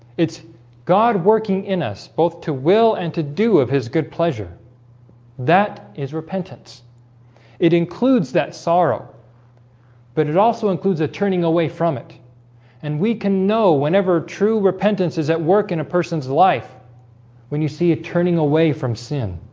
it's god working in us both to will and to do of his good pleasure that is repentance it includes that sorrow but it also includes a turning away from it and we can know whenever true repentance is at work in a person's life when you see it turning away from sin